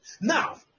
Now